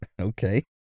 Okay